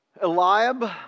Eliab